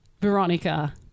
Veronica